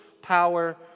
power